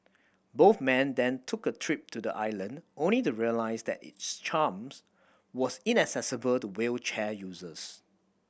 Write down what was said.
both men then took a trip to the island only the realise that its charms was inaccessible to wheelchair users